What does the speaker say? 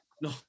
no